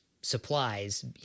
supplies